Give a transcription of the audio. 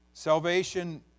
Salvation